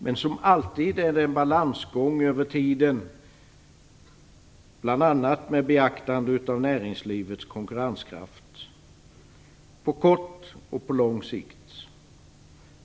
Men som alltid är det en balansgång över tiden, bl.a. med beaktande av näringslivets konkurrenskraft på kort och på lång sikt.